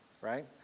right